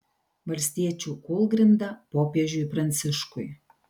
valstiečių kūlgrinda popiežiui pranciškui